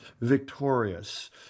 victorious